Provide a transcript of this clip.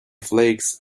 flakes